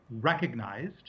recognized